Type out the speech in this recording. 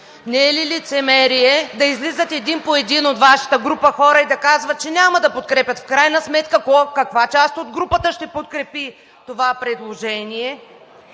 Не е ли лицемерие да излизат един по един от Вашата група хора и да казват, че няма да подкрепят? В крайна сметка каква част от групата ще подкрепи това предложение?